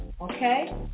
Okay